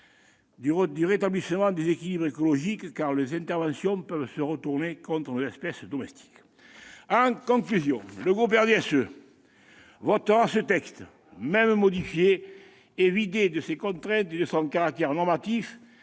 à rétablir les équilibres écologiques, car les interventions peuvent se retourner contre nos espèces domestiques. En conclusion, le groupe du RDSE votera ce texte, même modifié et vidé de ses contraintes et de son caractère normatif.